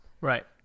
right